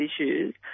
issues